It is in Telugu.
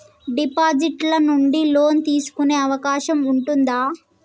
డిపాజిట్ ల నుండి లోన్ తీసుకునే అవకాశం ఉంటదా?